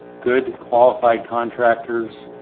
good qualified contractors,